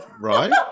Right